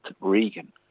Regan